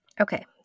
Okay